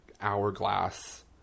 hourglass